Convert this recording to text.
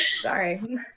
sorry